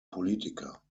politiker